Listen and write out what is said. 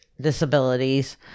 disabilities